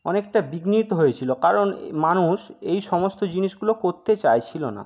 অনেকটা বিঘ্নিত হয়েছিলো কারণ মানুষ এই সমস্ত জিনিসগুলো করতে চাইছিলো না